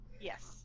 Yes